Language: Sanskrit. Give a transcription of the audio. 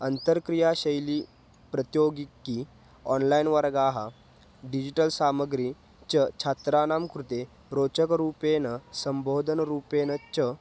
अन्तर्क्रियाशैली प्रतियोगिकी आन्लैन् वर्गाः डिजिटल् सामग्री च छात्राणां कृते रोचकरूपेण सम्बोधनरूपेण च